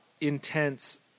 intense